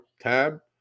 tab